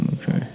Okay